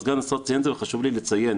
סגן השר ציין את זה וחשוב לי לציין,